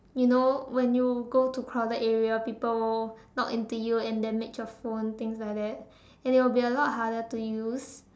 you know when you go to crowded area people will knock into you and that makes your phone things like that and it will be a lot harder to use